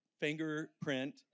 fingerprint